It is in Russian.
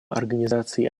организации